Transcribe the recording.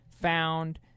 found